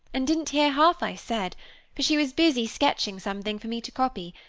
and didn't hear half i said for she was busy sketching something for me to copy,